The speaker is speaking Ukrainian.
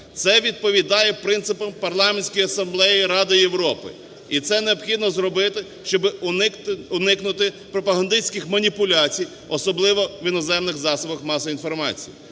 Це відповідає принципам Парламентської асамблеї Ради Європи. І це необхідно зробити, щоб уникнути пропагандистських маніпуляцій, особливо в іноземних засобах масової інформації,